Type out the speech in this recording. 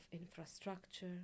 infrastructure